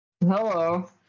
Hello